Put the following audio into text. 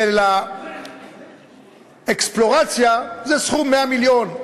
כי לאקספלורציה זה סכום 100 מיליון.